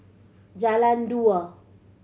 Jalan Dua